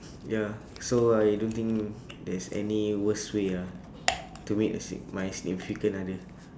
ya so I don't think there's any worst way ah to meet a sig~ my significant other